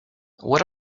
what